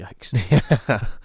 Yikes